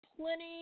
plenty